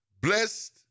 blessed